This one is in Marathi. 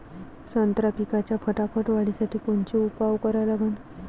संत्रा पिकाच्या फटाफट वाढीसाठी कोनचे उपाव करा लागन?